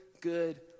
good